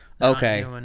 Okay